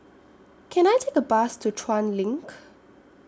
Can I Take A Bus to Chuan LINK